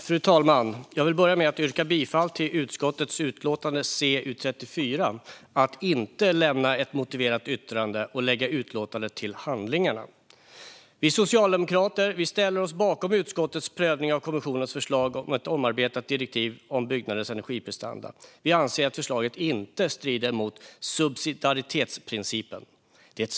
Fru talman! Jag vill börja med att yrka bifall till förslaget i utskottets utlåtande CU34 om att inte lämna ett motiverat yttrande och lägga utlåtandet till handlingarna. Vi socialdemokrater ställer oss bakom utskottets prövning av kommissionens förslag till ett omarbetat direktiv om byggnaders energiprestanda. Vi anser att förslaget inte strider mot subsidiaritetsprincipen.